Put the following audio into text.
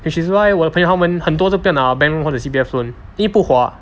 which is why 我的朋友他们很多都不要拿 bank loan 或者 C_P_F loan 因为不划